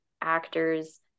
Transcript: actors